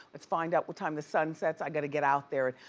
let's find out what time the sun sets. i gotta get out there.